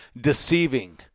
deceiving